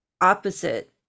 opposite